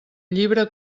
llibre